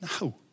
no